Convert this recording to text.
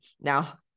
now